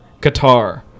Qatar